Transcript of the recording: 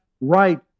right